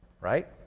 Right